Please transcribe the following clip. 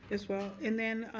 as well. and then,